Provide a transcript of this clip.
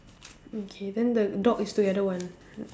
okay then the dog is together one